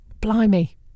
Blimey